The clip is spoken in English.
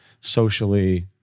socially